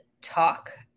talk